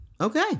Okay